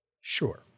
Sure